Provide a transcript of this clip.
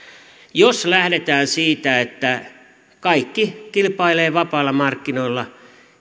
jos lähdetään siitä että kaikki kilpailevat vapailla markkinoilla